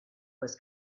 was